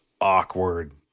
awkward